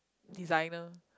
designer